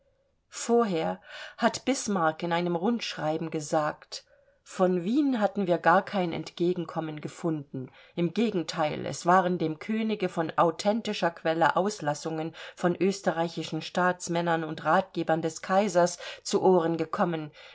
vorher hat bismarck in einem rundschreiben gesagt von wien hatten wir gar kein entgegenkommen gefunden im gegenteil es waren dem könige von authentischer quelle auslassungen von österreichischen staatsmännern und ratgebern des kaisers zu ohren gekommen